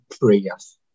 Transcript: prayers